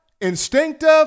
instinctive